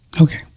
Okay